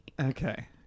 Okay